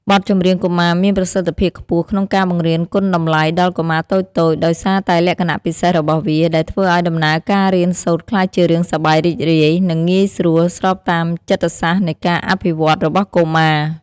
បទចម្រៀងកុមារមានប្រសិទ្ធភាពខ្ពស់ក្នុងការបង្រៀនគុណតម្លៃដល់កុមារតូចៗ ដោយសារតែលក្ខណៈពិសេសរបស់វា ដែលធ្វើឲ្យដំណើរការរៀនសូត្រក្លាយជារឿងសប្បាយរីករាយ និងងាយស្រួល ស្របតាមចិត្តសាស្ត្រនៃការអភិវឌ្ឍន៍របស់កុមារ។